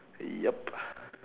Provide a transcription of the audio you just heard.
eh yup